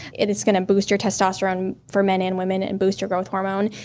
it is going to boost your testosterone for men and women and boost your growth hormone.